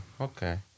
Okay